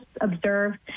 observe